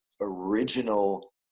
original